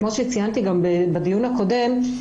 כמו שציינתי גם בדיון הקודם,